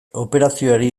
operazioari